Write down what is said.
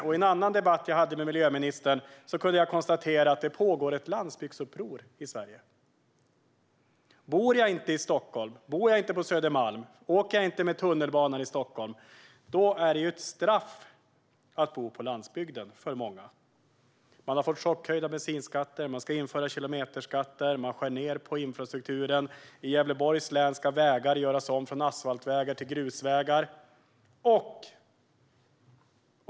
I en annan debatt som jag hade med miljöministern konstaterade jag att det pågår ett landsbygdsuppror i Sverige. För många - de som inte bor i Stockholm, på Södermalm, och inte åker tunnelbana - är det ett straff att bo på landsbygden. De har fått chockhöjda bensinskatter. Man ska införa kilometerskatt, och man skär ned på infrastrukturen. I Gävleborgs län ska vägar göras om från asfaltvägar till grusvägar.